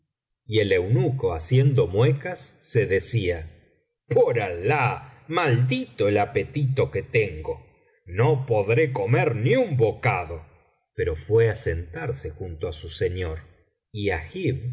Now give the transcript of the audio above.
y el eunuco haciendo muecas se decía por alah maldito el apetito que tengo no podré comer ni un bocado pero fué á sentarse junto á su señor y agib